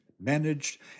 managed